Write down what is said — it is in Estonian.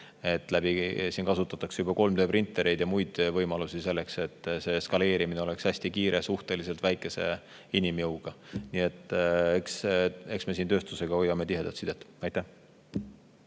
Kasutatakse juba 3D-printereid ja muid võimalusi, et eskaleerimine oleks hästi kiire ja suhteliselt väikese inimjõuga. Nii et eks me tööstusega hoiame tihedat sidet. Seda